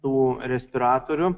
tų respiratorių